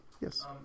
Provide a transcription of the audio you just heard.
Yes